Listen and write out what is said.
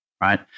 right